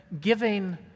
giving